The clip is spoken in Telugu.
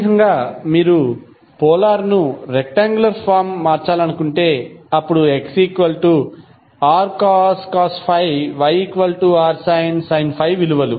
అదేవిధంగా మీరు పోలార్ ను రెక్టాంగులర్ ఫార్మ్ మార్చాలనుకుంటే అప్పుడు xrcos ∅ yrsin ∅ విలువలు